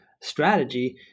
strategy